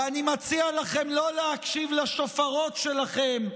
ואני מציע לכם לא להקשיב לשופרות שלכם,